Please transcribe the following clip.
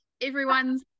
everyone's